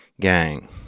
Gang